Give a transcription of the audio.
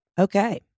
Okay